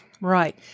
Right